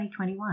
2021